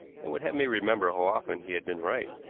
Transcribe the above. and would have me remember how often he had been right.